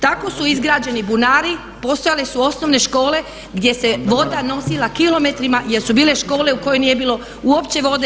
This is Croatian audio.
Tako su izgrađeni bunari, postojale su osnovne škole gdje se voda nosila kilometrima jer su bile škole u kojima nije bilo uopće vode.